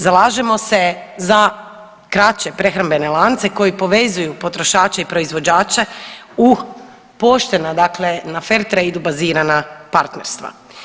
Zalažemo se za kraće prehrambene lance koji povezuju potrošače i proizvođače u poštena dakle na fair trade-u bazirana partnerstva.